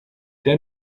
der